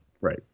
right